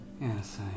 yes